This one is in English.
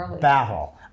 battle